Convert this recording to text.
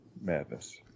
madness